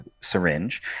syringe